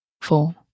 four